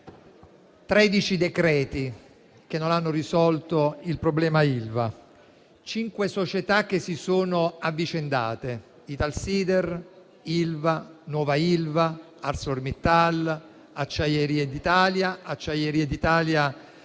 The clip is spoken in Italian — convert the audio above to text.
decreti che non hanno risolto il problema Ilva, cinque società che si sono avvicendate: Italsider, Ilva, nuova Ilva, ArcelorMittal, Acciaierie d'Italia, Acciaierie d'Italia